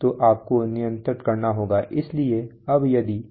तो आपको नियंत्रण करना होगा इसलिए अब यदि